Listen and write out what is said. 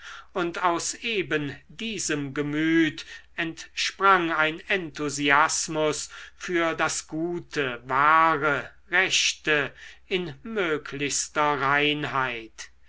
und aus eben diesem gemüt entsprang ein enthusiasmus für das gute wahre rechte in möglichster reinheit